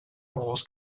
wars